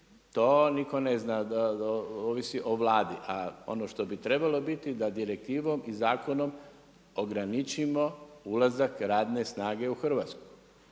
to niko ne zna, ovisi o Vladi. A ono što bi trebalo biti da direktivom i zakonom ograničimo ulazak radne snage u Hrvatsku.